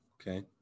Okay